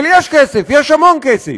אבל יש כסף, יש המון כסף.